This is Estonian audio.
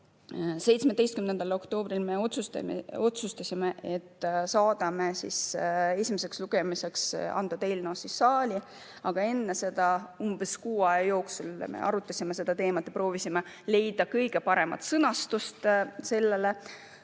17. oktoobril me otsustasime, et saadame eelnõu esimeseks lugemiseks saali. Aga enne seda umbes kuu aja jooksul me arutasime seda teemat ja proovisime leida kõige paremat sõnastust sellele,